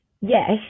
Yes